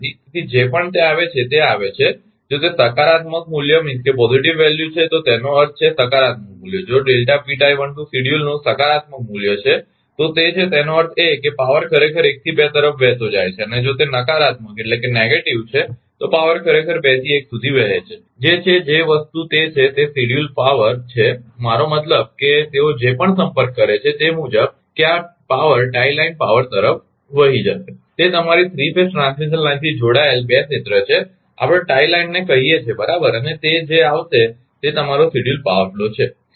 તેથી જે પણ તે આવે છે તે આવે છે જો તે સકારાત્મક મૂલ્ય છે તેનો અર્થ છે જો સકારાત્મક મૂલ્ય જો નું સકારાત્મક મૂલ્ય છે તો છે તેનો અર્થ એ છે કે પાવર ખરેખર 1 થી 2 તરફ વહેતો હોય છે અને જો તે નકારાત્મક છે તો પાવર ખરેખર 2 થી 1 સુધી વહે છે જે છે જે વસ્તુ તે છે તે શેડ્યૂલ પાવર છે મારો મતલબ છે કે તેઓ જે પણ સંપર્ક કરે છે તે મુજબ કે આ પાવર ટાઇ લાઇન તરફ વહી જશે તે તમારી 3 ફેઝ ટ્રાન્સમિશન લાઇનથી જોડાયેલ 2 ક્ષેત્ર છે આપણે ટાઇ લાઇનને કહીએ છીએ બરાબર અને તે જે આવશે તે તમારો શેડ્યૂલ પાવર ફ્લો છે